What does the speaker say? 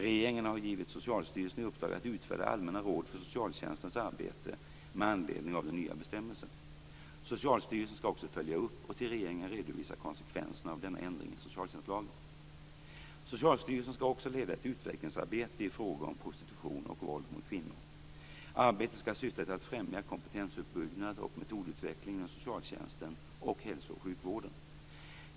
Regeringen har givit Socialstyrelsen i uppdrag att utfärda allmänna råd för socialtjänstens arbete med anledning av den nya bestämmelsen. Socialstyrelsen skall också följa upp och till regeringen redovisa konsekvenserna av denna ändring i socialtjänstlagen. Socialstyrelsen skall också leda ett utvecklingssamarbete i frågor om prostitution och våld mot kvinnor. Arbetet skall syfta till att främja kompetensuppbyggnad och metodutveckling inom socialtjänsten och hälso och sjukvården.